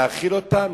להאכיל אותם,